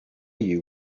you